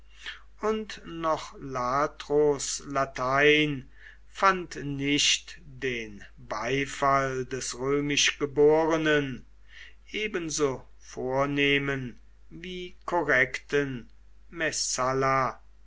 und noch latros latein fand nicht den beifall des römisch geborenen ebenso vornehmen wie korrekten